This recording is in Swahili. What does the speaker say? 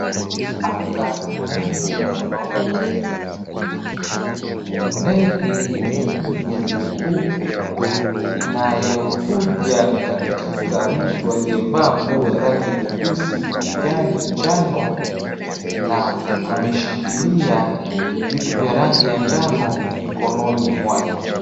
Anga ina rangi ya samawati na nyeupe. Ndege yenye rangi nyeupe, inayokuja katika mtu aliyevaa nguo ya rangi nyeusi, kijani, njano na ameshikilia vitu vya rangi ya njano mikononi mwake.